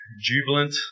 jubilant